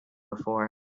before